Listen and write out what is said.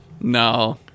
No